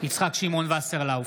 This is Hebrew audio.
יצחק שמעון וסרלאוף,